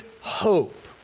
hope